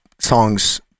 songs